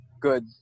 good